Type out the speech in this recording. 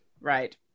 right